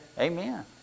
Amen